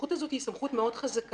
הסמכות הזאת היא סמכות מאוד חזקה,